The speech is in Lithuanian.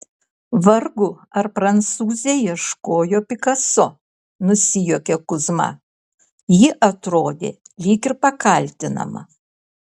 vargu ar prancūzė ieškojo pikaso nusijuokė kuzma ji atrodė lyg ir pakaltinama